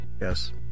Yes